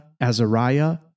Azariah